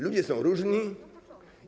Ludzie są różni.